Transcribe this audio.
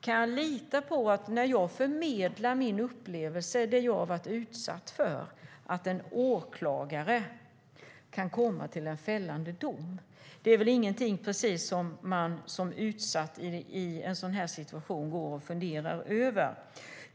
Kan jag lita på att när jag förmedlar min upplevelse av det jag har varit utsatt för kan en åklagare komma till en fällande dom? Det är väl ingenting som man som utsatt i en sådan situation funderar över.